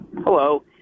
Hello